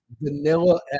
vanilla